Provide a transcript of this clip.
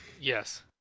Yes